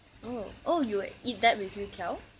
oh oh you eat that with youtiao